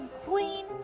queen